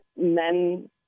men